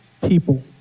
People